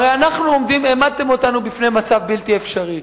הרי אתם העמדתם אותי בפני מצב בלתי אפשרי.